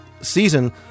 season